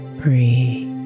breathe